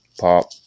pop